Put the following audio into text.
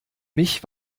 mich